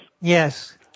Yes